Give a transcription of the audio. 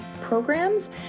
programs